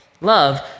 love